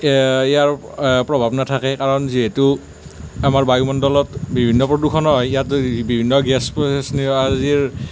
ইয়াৰ প্ৰভাৱ নাথাকে কাৰণ যিহেতু আমাৰ বায়ুমণ্ডলত বিভিন্ন প্ৰদূষণ হয় ইয়াত বিভিন্ন গেছ